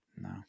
No